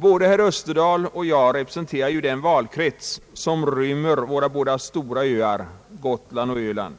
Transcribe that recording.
Både herr Österdahl och jag representerar den valkrets som rymmer våra båda stora öar, Gotland och Öland.